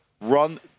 run